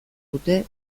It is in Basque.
dute